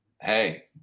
hey